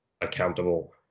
accountable